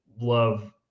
love